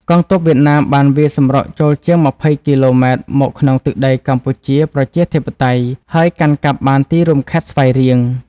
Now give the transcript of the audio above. កងទ័ពវៀតណាមបានវាយសម្រុកចូលជាង ២០ គីឡូម៉ែត្រមកក្នុងទឹកដីកម្ពុជាប្រជាធិបតេយ្យ ហើយកាន់កាប់បានទីរួមខេត្តស្វាយរៀង។